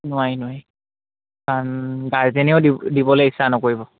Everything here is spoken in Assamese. নোৱাৰি নোৱাৰি কাৰণ গাৰ্জেনেও দি দিবলৈ ইচ্ছা নকৰিব